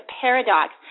paradox